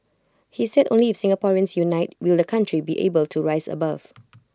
he said only if Singaporeans unite will the country be able to rise above